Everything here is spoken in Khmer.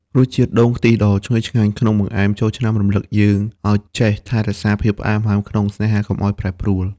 រសជាតិដូងខ្ទិះដ៏ឈ្ងុយឆ្ងាញ់ក្នុងបង្អែមចូលឆ្នាំ រំលឹកយើងឱ្យចេះថែរក្សាភាពផ្អែមល្ហែមក្នុងស្នេហាកុំឱ្យប្រែប្រួល។